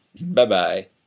Bye-bye